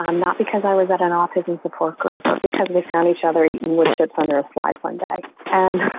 um not because i was at an autism support group, but because they found each other, it would show up under a slide one day and